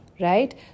right